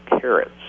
carrots